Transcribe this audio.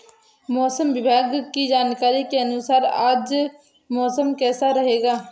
मौसम विभाग की जानकारी के अनुसार आज मौसम कैसा रहेगा?